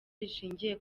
rishingiye